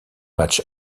match